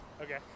Okay